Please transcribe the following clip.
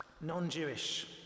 non-Jewish